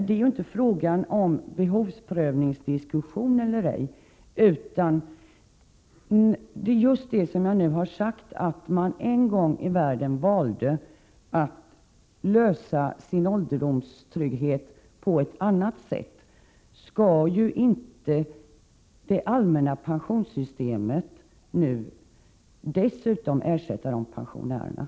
Det är inte fråga om behovsprövning eller ej, utan diskussionen gäller just det som jag har sagt, att de pensionärer som en gång i världen valde att ordna sin ålderdomstrygghet på ett annat sätt inte dessutom skall ersättas genom det allmänna pensionssystemet.